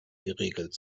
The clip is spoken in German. geregelt